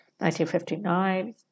1959